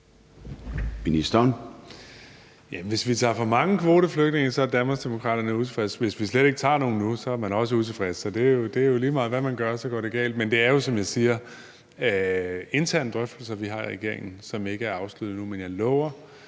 hvis vi tager for mange kvoteflygtninge, er Danmarksdemokraterne utilfredse. Hvis vi slet ikke tager nogen nu, er man også utilfredse. Så det er jo lige meget, hvad man gør, så går det galt. Men det er jo, som jeg siger, interne drøftelser, vi har i regeringen, som ikke er afsluttet endnu, men jeg lover,